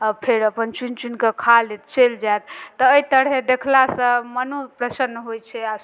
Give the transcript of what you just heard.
आ फेर अपन चुनि चुनिके खा लेत चलि जैत तऽ एहि तरहे देखला सऽ मनो प्रसन्न होइ छै आ